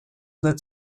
that